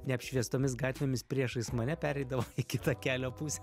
neapšviestomis gatvėmis priešais mane pereidavo į kitą kelio pusę